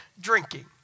drinking